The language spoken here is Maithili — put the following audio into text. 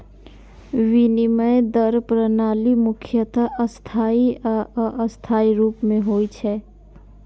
विनिमय दर प्रणाली मुख्यतः स्थायी आ अस्थायी रूप मे होइ छै